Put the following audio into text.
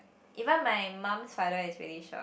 even my mum's father is really short